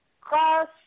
Cross